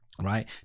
right